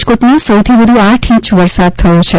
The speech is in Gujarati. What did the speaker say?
રાજકોટમાં સૌથી વધુ આઠ ઇંચ વરસાદ થયો છે